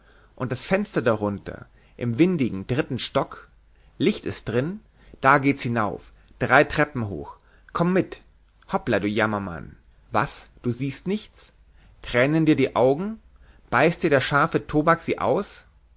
und das fenster darunter im windigen dritten stock licht ist drin da geht's hinauf drei treppen hoch komm mit hoppla du jammermann was du siehst nichts tränen dir die augen beißt dir der scharfe tobak sie aus